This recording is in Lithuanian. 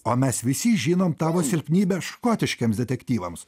o mes visi žinom tavo silpnybę škotiškiems detektyvams